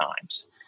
times